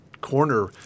corner